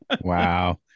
Wow